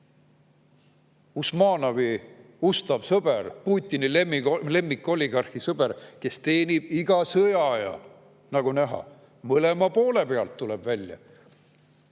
Usmanovi ustav sõber, Putini lemmikoligarhi sõber, kes teenib iga sõja ajal, nagu näha, mõlema poole pealt, tuleb välja.